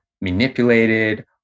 manipulated